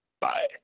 bye